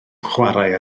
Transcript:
chwarae